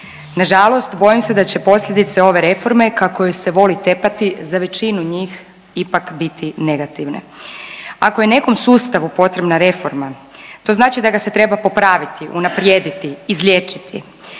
Nažalost, bojim se da će posljedice ove reforme, kako joj se voli tepati, za većinu njih ipak biti negativne. Ako je nekom sustavu potrebna reforma to znači da ga se treba popraviti, unaprijediti, izliječiti.